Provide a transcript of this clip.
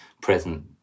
present